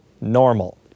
normal